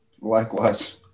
Likewise